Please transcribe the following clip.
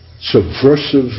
subversive